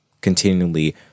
continually